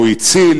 והוא הציל